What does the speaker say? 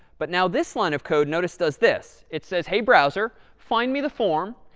but now this line of code, notice, does this. it says, hey, browser, find me the form,